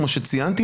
כמו שציינתי,